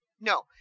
No